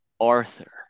Arthur